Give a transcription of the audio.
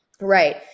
right